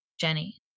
Jenny